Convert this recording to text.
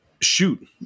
shoot